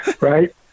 right